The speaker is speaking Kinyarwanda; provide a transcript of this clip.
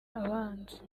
abanza